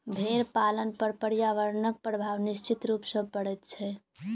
भेंड़ पालन पर पर्यावरणक प्रभाव निश्चित रूप सॅ पड़ैत छै